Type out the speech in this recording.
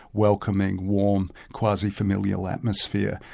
welcoming, warm quasi-familial atmosphere,